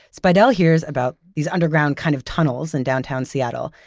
spiedel hears about these underground kind of tunnels in downtown seattle,